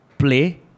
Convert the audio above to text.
play